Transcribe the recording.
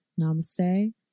Namaste